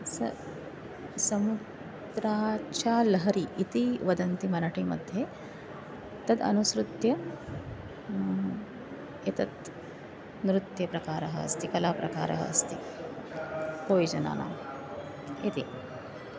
स समुद्रा चा लहरी इति वदन्ति मराठिमध्ये तद् अनुसृत्य एतत् नृत्यप्रकारः अस्ति कलाप्रकारः अस्ति कोयिजनानाम् इति